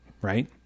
Right